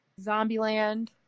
Zombieland